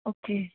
okay